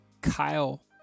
Kyle